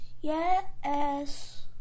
yes